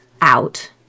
out